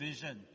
vision